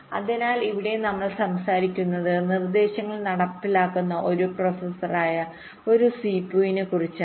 അതിനാൽ ഇവിടെ നമ്മൾ സംസാരിക്കുന്നത് നിർദ്ദേശങ്ങൾ നടപ്പിലാക്കുന്ന ഒരു പ്രോസസറായ ഒരു സിപിയുവിനെക്കുറിച്ചാണ്